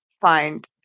find